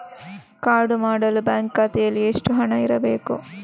Card ಮಾಡಲು bank ಖಾತೆಯಲ್ಲಿ ಹಣ ಎಷ್ಟು ಇರಬೇಕು?